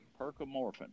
Percomorphin